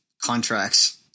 Contracts